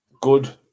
good